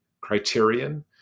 criterion